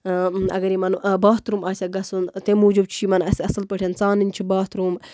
اَگر یِمن باتھروٗم آسیکھ گژھُن تَمہِ موٗجوٗب چھُ اَسہِ یِمن اَصٕل پٲٹھۍ ژانٕنۍ چھِ باتھروٗم